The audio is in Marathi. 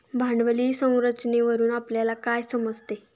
भांडवली संरचनेवरून आपल्याला काय समजते?